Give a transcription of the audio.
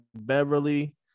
Beverly